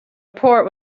report